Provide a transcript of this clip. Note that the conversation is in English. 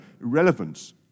Irrelevance